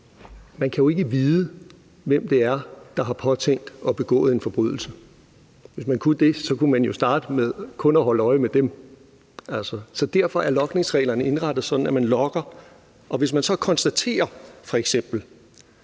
man kan jo ikke vide, hvem det er, der har påtænkt at begå en forbrydelse. Hvis man kunne det, kunne man jo starte med kun at holde øje med dem. Så derfor er logningsreglerne indrettet sådan, at man logger, og hvis man så f.eks. konstaterer,